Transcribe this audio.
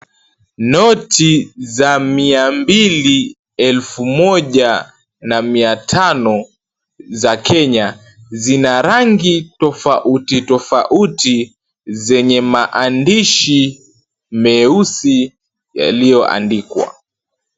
Noti za mia mbili, elfu moja na mia tano za Kenya, zina rangi tofauti tofauti zenye maandishi meusi yaliyoandikwa.